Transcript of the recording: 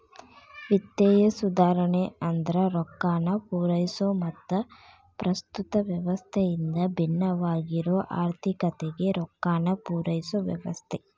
ವಿತ್ತೇಯ ಸುಧಾರಣೆ ಅಂದ್ರ ರೊಕ್ಕಾನ ಪೂರೈಸೊ ಮತ್ತ ಪ್ರಸ್ತುತ ವ್ಯವಸ್ಥೆಯಿಂದ ಭಿನ್ನವಾಗಿರೊ ಆರ್ಥಿಕತೆಗೆ ರೊಕ್ಕಾನ ಪೂರೈಸೊ ವ್ಯವಸ್ಥೆ